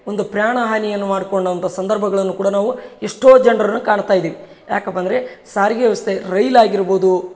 ಒಂದು ಪ್ರಾಣ ಹಾನಿಯನ್ನು ಮಾಡ್ಕೊಂಡಂಥ ಸಂದರ್ಭಗಳನ್ನು ಕೂಡ ನಾವು ಎಷ್ಟೋ ಜನರನ್ನ ಕಾಣ್ತ ಇದೀವಿ ಯಾಕಪ್ಪ ಅಂದರೆ ಸಾರಿಗೆ ವ್ಯವಸ್ಥೆ ರೈಲ್ ಆಗಿರ್ಬೋದು